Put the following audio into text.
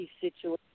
situation